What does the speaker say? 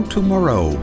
Tomorrow